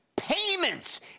payments